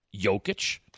Jokic